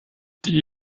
die